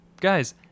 guys